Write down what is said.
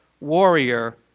warrior